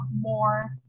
more